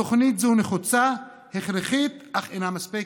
תוכנית זו נחוצה, הכרחית, אך אינה מספקת.